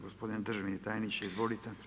Gospodin državni tajniče, izvolite.